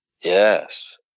yes